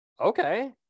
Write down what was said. Okay